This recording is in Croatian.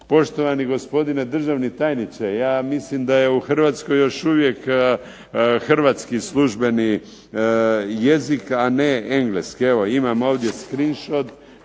Poštovani gospodine državni tajniče, ja mislim da je u Hrvatskoj još uvijek hrvatski službeni jezik, a ne engleski. Evo imam ovdje …/Govornik